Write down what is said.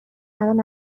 الان